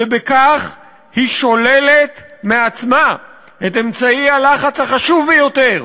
ובכך היא שוללת מעצמה את אמצעי הלחץ החשוב ביותר